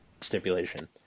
stipulation